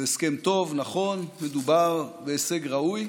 זה הסכם טוב, נכון, מדובר בהישג ראוי.